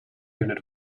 unit